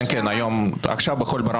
כן, עכשיו, ברדיו "קול ברמה".